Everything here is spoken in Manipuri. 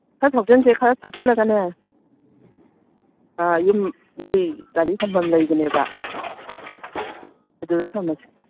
ꯈꯔ ꯊꯧꯖꯟꯁꯦ ꯈꯔ ꯊꯧꯖꯜꯂꯒꯅꯦ ꯌꯨꯝ ꯃꯣꯏ ꯒꯥꯔꯤ ꯊꯝꯐꯝ ꯂꯩꯕꯅꯦꯕ ꯑꯗꯨꯗ ꯊꯝꯃꯁꯦ